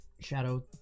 shadow